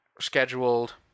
scheduled